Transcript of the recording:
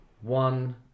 one